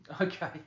okay